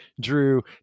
drew